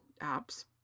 apps